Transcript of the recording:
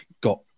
got